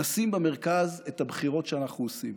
נשים במרכז את הבחירות שאנחנו עושים,